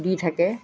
দি থাকে